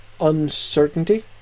uncertainty